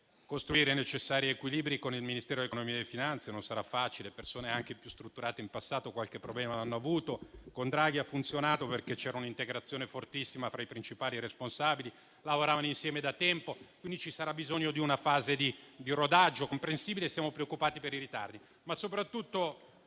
costruire i necessari equilibri con il Ministero dell'economia e delle finanze e non sarà facile; persone anche più strutturate in passato qualche problema l'hanno avuto; con Draghi ha funzionato, perché c'era un'integrazione fortissima fra i principali responsabili che lavoravano insieme da tempo. Ci sarà bisogno di una fase di rodaggio comprensibile e siamo preoccupati per i ritardi.